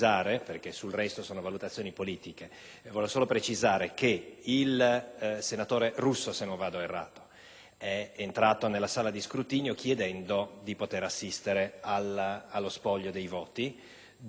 è entrato nella sala di scrutinio chiedendo di poter assistere allo spoglio dei voti. Dopo aver svolto una consultazione anche con la Presidenza, ci siamo assunti la responsabilità di